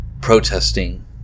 Protesting